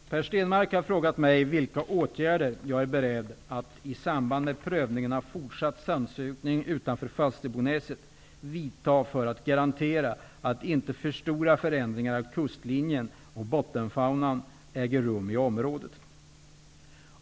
Herr talman! Per Stenmarck har frågat mig vilka åtgärder jag är beredd att, i samband med prövningen av fortsatt sandsugning utanför Falsterbonäset, vidta för att garantera att inte för stora förändringar av kustlinjen och bottenfaunan äger rum i området.